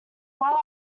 while